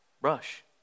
Brush